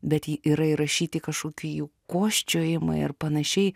bet ji yra įrašyti kažkokie jų kosčiojimai ar panašiai